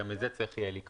גם את זה יהיה צורך לקבוע.